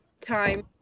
time